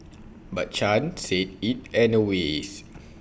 but chan said IT anyways